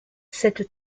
cette